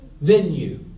venue